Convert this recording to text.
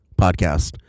podcast